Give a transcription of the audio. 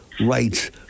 rights